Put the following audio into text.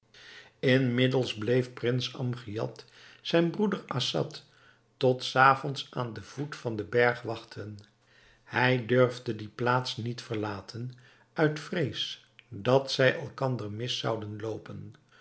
inmiddels bleef prins amgiad zijn broeder assad tot s avonds aan den voet van den berg wachten hij durfde die plaats niet verlaten uit vrees dat zij elkander mis zouden loopen